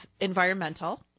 environmental